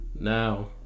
Now